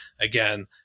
again